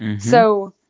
so,